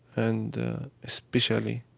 and especially